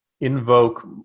invoke